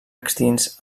extints